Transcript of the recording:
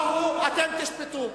מה הוא, אתם תשפטו.